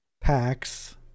packs